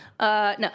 No